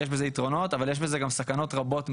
יש בזה יתרונות, אבל יש בזה גם סכנות רבות מאוד.